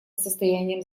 состоянием